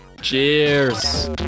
cheers